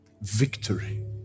Victory